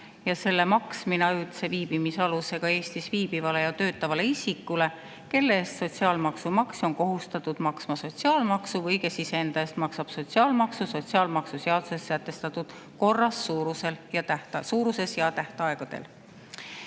ja selle maksmine ajutise viibimisalusega Eestis viibivale ja töötavale isikule, kelle eest on sotsiaalmaksu maksja kohustatud maksma sotsiaalmaksu või kes iseenda eest maksab sotsiaalmaksu sotsiaalmaksuseaduses sätestatud korras, suuruses ja tähtaegadel.